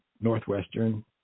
Northwestern